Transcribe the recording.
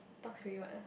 top three what ah